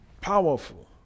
Powerful